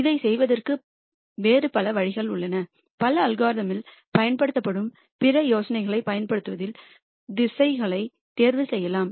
இதைச் செய்வதற்கு வேறு பல வழிகள் உள்ளன பல அல்காரிதமில்் பயன்படுத்தும் பிற யோசனைகளைப் பயன்படுத்துவதில் திசைகளைத் தேர்வு செய்யலாம்